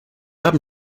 haben